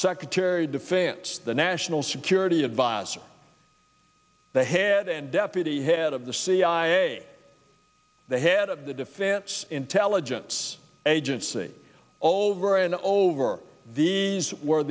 secretary of defense the national security adviser the head and deputy head of the cia the head of the defense intelligence agency all over and over these were